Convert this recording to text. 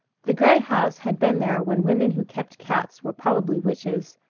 the gray house had been there when women who kept cats were probably witches,